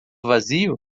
vazio